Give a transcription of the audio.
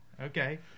Okay